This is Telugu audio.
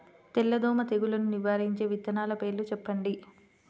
తెల్లదోమ తెగులును నివారించే విత్తనాల పేర్లు చెప్పండి?